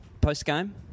post-game